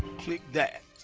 click that.